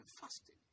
fasting